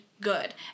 good